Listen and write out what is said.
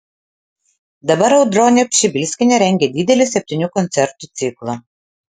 dabar audronė pšibilskienė rengia didelį septynių koncertų ciklą